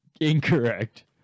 incorrect